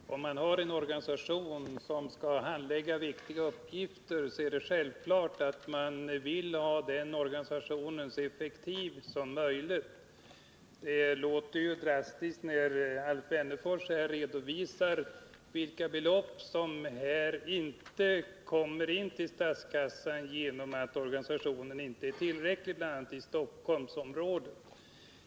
Herr talman! Om man har en organisation som skall handlägga viktiga uppgifter är det självklart att man vill ha den organisationen så effektiv som möjligt. Det låter drastiskt när Alf Wennerfors här redovisar vilka belopp som inte kommer in till statskassan genom att kronofogdeorganisationen inte är tillräckligt utbyggd bl.a. i Stockholmsområdet.